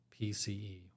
PCE